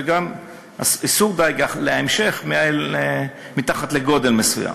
וגם איסור דיג להמשך מתחת לגודל מסוים.